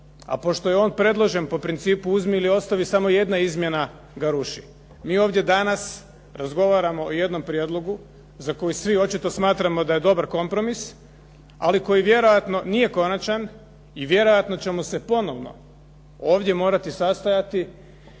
A pošto je on predložen po principu uzmi ili ostavi, samo jedna izmjena ga ruši. Mi ovdje danas razgovaramo o jednom prijedlogu za koji svi očito smatramo da je dobar kompromis, ali koji vjerojatno nije konačan i vjerojatno ćemo se ponovno ovdje morati sastajati